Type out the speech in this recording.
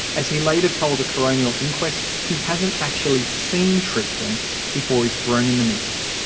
as he later told a coronial inquest, he hasn't actually seen tristan before he's thrown in the mix.